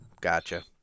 Gotcha